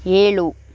ಏಳು